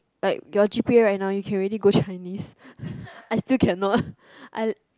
like your g_p_a right now you can already go Chinese I still cannot I